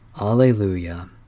Alleluia